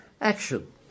action